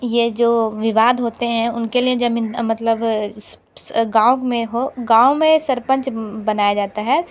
ये जो विवाद होते हैं उनके लिए जमीन मतलब गाँव में हो गाँव में सरपंच बनाया जाता है